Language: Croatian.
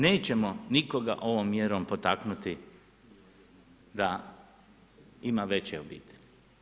Nećemo nikoga ovom mjerom potaknuti da ima veće obitelji.